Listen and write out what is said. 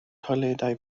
toiledau